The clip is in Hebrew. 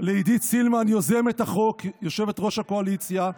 לעידית סילמן, מיוזמי החוק, יושבת-ראש הקואליציה,